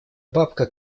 бабка